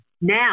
Now